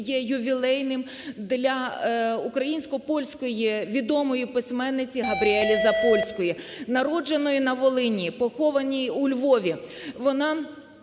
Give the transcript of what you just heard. є ювілейним для українсько-польської відомої письменниці Габріелі Запольської, народженої на Волині, похованої у Львові. Вона